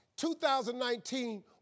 2019